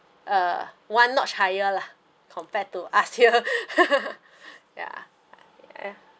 a one notch higher lah compared to us here yeah